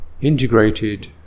integrated